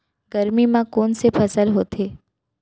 गरमी मा कोन से फसल होथे?